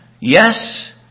Yes